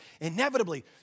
inevitably